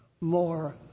more